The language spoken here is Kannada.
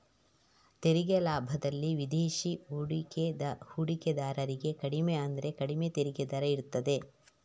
ತೆರಿಗೆ ಲಾಭದಲ್ಲಿ ವಿದೇಶಿ ಹೂಡಿಕೆದಾರರಿಗೆ ಕಡಿಮೆ ಅಂದ್ರೆ ಕಡಿಮೆ ತೆರಿಗೆ ದರ ಇರ್ತದೆ